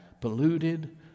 polluted